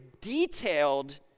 detailed